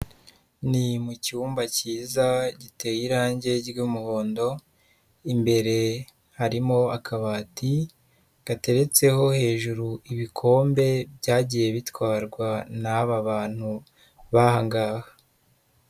Ni mu cyumba cyiza giteye irangi ry'umuhondo, imbere harimo akabati gateretseho hejuru ibikombe byagiye bitwarwa n'aba bantu b'aha ngaha.